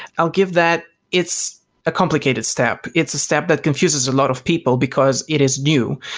i'll give that it's a complicated step. it's a step that confuses a lot of people, because it is new.